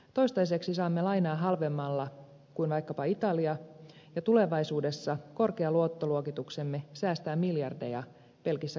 toistaiseksi saamme lainaa halvemmalla kuin vaikkapa italia ja tulevaisuudessa korkea luottoluokituksemme säästää miljardeja pelkissä korkomenoissa